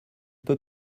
peut